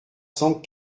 cent